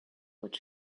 what